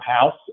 house